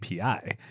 API